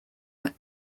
what